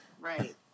right